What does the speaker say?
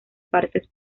partes